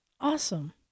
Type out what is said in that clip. Awesome